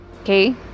okay